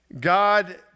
God